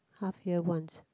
half year once